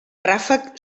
ràfec